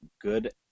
good